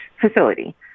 facility